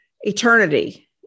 eternity